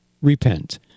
Repent